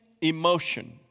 emotion